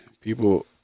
people